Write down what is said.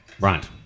Right